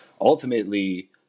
ultimately